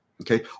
Okay